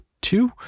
two